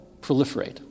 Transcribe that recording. proliferate